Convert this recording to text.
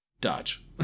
dodge